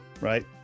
right